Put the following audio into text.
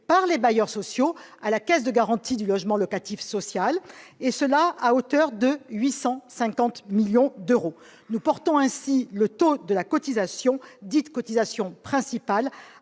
par les bailleurs sociaux à la Caisse de garantie du logement locatif social, et cela à hauteur de 850 millions d'euros. Nous porterions ainsi le taux de la cotisation dite « cotisation principale